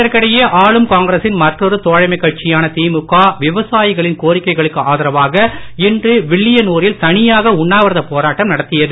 இதற்கிடையே ஆளும் காங்கிரசின் மற்றொரு தோழமைக் கட்சியான திமுக விவசாயிகளின் கோரிக்கைகளுக்கு ஆதரவாக இன்று வில்லியனூரில் தனியாக உண்ணாவிரதப் போராட்டம் நடத்தியது